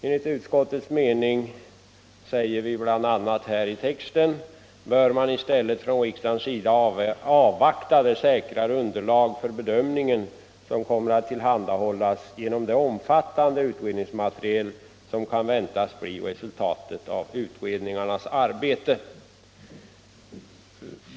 Enligt utskottets mening bör riksdagen avvakta det säkrare underlag för bedömningen som kommer att tillhandahållas genom det omfattande utredningsmaterial som kan väntas bli resultatet av utredningarnas arbete.